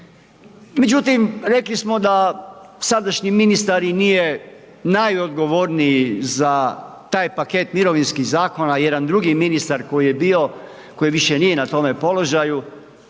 Međutim, rekli smo da sadašnji ministar i nije najodgovorniji za taj paket mirovinskih zakona jedan drugi ministar koji je bio, koji više na tome položaju.